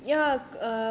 now he's better